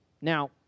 Now